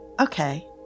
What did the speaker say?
okay